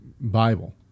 Bible